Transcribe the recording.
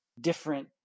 different